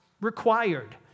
required